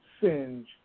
singe